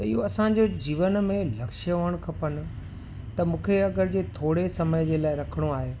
त इहो असांजो जीवन में लक्ष्य हुअणु खपनि त मूंखे अगरि जे थोरे समय जे लाइ रखिणो आहे